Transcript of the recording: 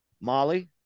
Molly